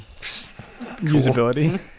usability